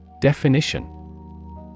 Definition